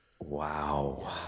Wow